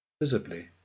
Visibly